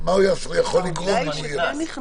תחשבו ביניכם,